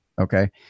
Okay